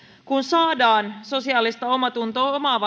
kun saadaan sosiaalista omaatuntoa omaava